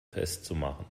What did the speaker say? festzumachen